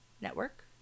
network